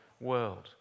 world